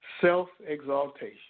self-exaltation